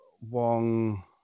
Wong